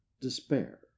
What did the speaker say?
despair